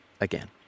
again